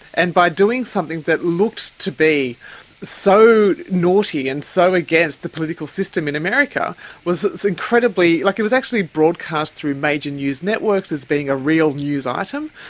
and by doing something that looked to be so naughty and so against the political system in america was this incredibly, like, it was actually broadcast through major news networks as being a real news item,